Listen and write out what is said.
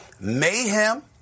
Mayhem